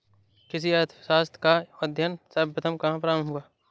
कृषि अर्थशास्त्र का अध्ययन सर्वप्रथम कहां प्रारंभ हुआ?